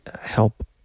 help